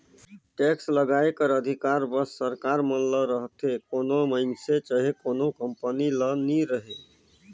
tax लगाए कर अधिकार बस सरकार मन ल रहथे कोनो मइनसे चहे कोनो कंपनी ल नी रहें